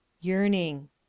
Yearning